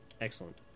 Excellent